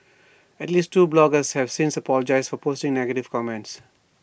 at least two bloggers have since apologised for posting negative comments